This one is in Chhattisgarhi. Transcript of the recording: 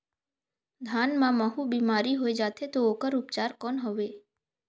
धान मां महू बीमारी होय जाथे तो ओकर उपचार कौन हवे?